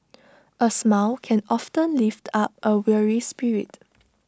A smile can often lift up A weary spirit